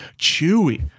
Chewy